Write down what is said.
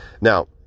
Now